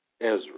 Ezra